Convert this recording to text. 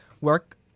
work